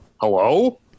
hello